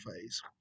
phase